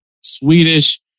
Swedish